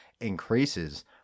increases